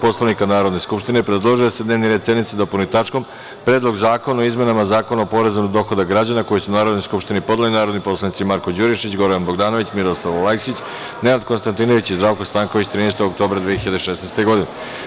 Poslovnika Narodne skupštine predložio je da se dnevni red sednice dopuni tačkom – Predlog zakona o izmenama Zakona o porezu na dohodak građana, koji su Narodnoj skupštini podneli narodni poslanici Marko Đurišić, Goran Bogdanović, Miroslav Aleksić, Nenad Konstantinović i Zdravko Stanković, 13. oktobra 2016. godine.